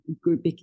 group